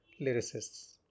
lyricists